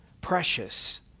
precious